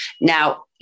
Now